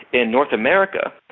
in north america,